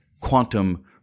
quantum